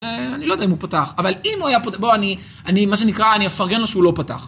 אני לא יודע אם הוא פתח אבל אם הוא היה פה בוא אני אני מה שנקרא אני אפרגן לו שהוא לא פתח.